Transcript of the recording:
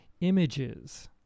images